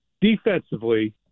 defensively